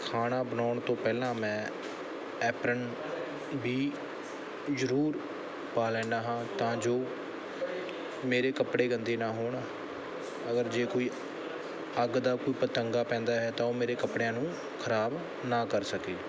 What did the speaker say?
ਖਾਣਾ ਬਣਾਉਣ ਤੋਂ ਪਹਿਲਾਂ ਮੈਂ ਐਪ੍ਰਨ ਵੀ ਜ਼ਰੂਰ ਪਾ ਲੈਂਦਾ ਹਾਂ ਤਾਂ ਜੋ ਮੇਰੇ ਕੱਪੜੇ ਗੰਦੇ ਨਾ ਹੋਣ ਅਗਰ ਜੇ ਕੋਈ ਅੱਗ ਦਾ ਕੋਈ ਪਤੰਗਾ ਪੈਂਦਾ ਹੈ ਤਾਂ ਉਹ ਮੇਰੇ ਕੱਪੜਿਆਂ ਨੂੰ ਖ਼ਰਾਬ ਨਾ ਕਰ ਸਕੇ